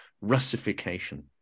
Russification